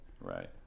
right